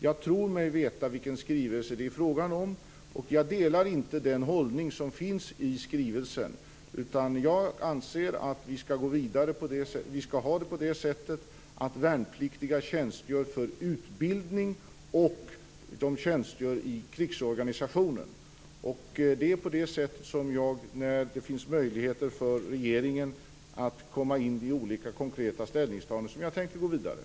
Jag tror mig veta vilken skrivelse det är frågan om. Jag delar inte den hållning som finns i skrivelsen. Jag anser att vi skall ha det så att värnpliktiga tjänstgör för utbildning och att de tjänstgör i krigsorganisationen. När det finns möjligheter för regeringen att komma in med olika konkreta ställningstaganden tänker jag gå vidare på det sättet.